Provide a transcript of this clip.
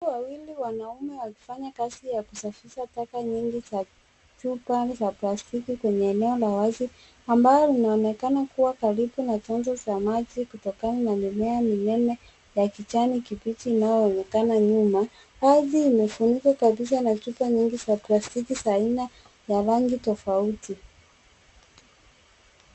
Watu wawili wanaume wakifanya kazi ya kusafisha taka nyingi za chupa nyingi za plastiki, kwenye eneo la wazi ambalo linaonekana kuwa karibu na chanzo cha maji kutokana na mimea minene ya kijani kibichi inayoonekana nyuma. Ardhi imefunikwa kabisa na taka nyingi za plastiki za aina za rangi tofauti.